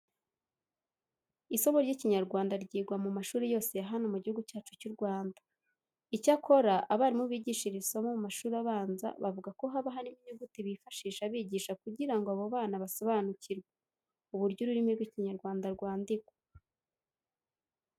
Isomo ry'Ikinyarwanda ryigwa mu mashuri yose ya hano mu Gihugu cyacu cy'u Rwanda. Icyakora, abarimu bigisha iri somo mu mashuri abanza bavuga ko haba harimo inyuguti bifashisha bigisha kugira ngo abo bana basobanukirwe uburyo ururimi rw'Ikinyarwanda rwandikwa.